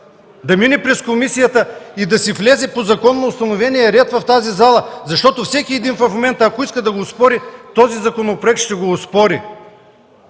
да мине през комисията и да си влезе по законоустановения ред в тази зала?! Всеки един в момента, ако иска да оспори този законопроект, ще го оспори!